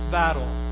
battle